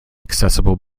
accessible